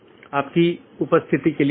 इसके साथ ही आज अपनी चर्चा समाप्त करते हैं